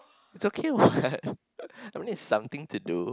it's okay what I mean it's something to do